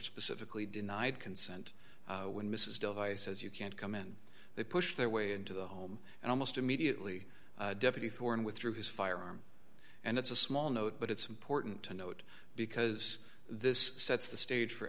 specifically denied consent when mrs devices you can't come in they push their way into the home and almost immediately deputy foreign withdrew his firearm and it's a small note but it's important to note because this sets the stage for